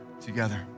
together